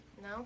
No